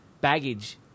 baggage